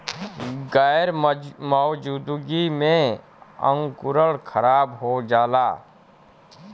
गैर मौजूदगी में अंकुरण खराब हो जाला